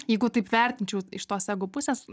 jeigu taip vertinčiau iš tos ego pusės